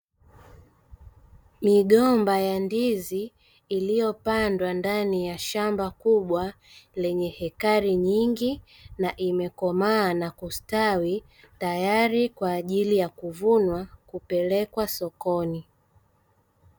Migomba ya ndizi iliyopandwa ndani ya shamba kubwa lenye hekari nyingi na imekomaa na kustawi tayari kwaajili ya kuvunwa na kupelekwa sokoni.